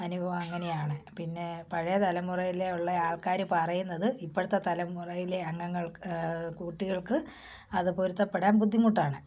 അനുഭവം അങ്ങനെയാണ് പിന്നെ പഴയ തലമുറയിലെ ഉള്ള ആൾക്കാർ പറയുന്നത് ഇപ്പോഴത്തെ തലമുറയിലെ അംഗങ്ങൾ കുട്ടികൾക്ക് അതു പൊരുത്തപ്പെടാൻ ബുദ്ധിമുട്ടാണ്